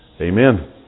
Amen